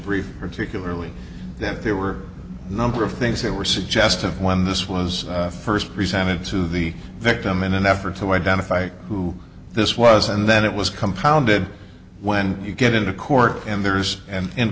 brief particularly that there were a number of things that were suggestive when this was first presented to the victim in an effort to identify who this was and then it was compounded when you get into court and there's and in